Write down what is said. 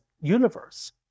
universe